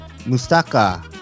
Mustaka